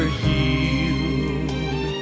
healed